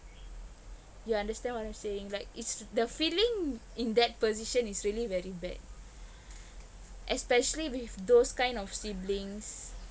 you understand what I'm saying like it's the feeling in that position is really very bad especially with those kind of siblings